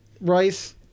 rice